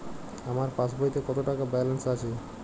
আমার পাসবইতে কত টাকা ব্যালান্স আছে?